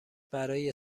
برای